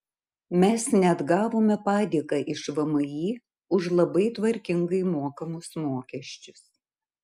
mes net gavome padėką iš vmi už labai tvarkingai mokamus mokesčius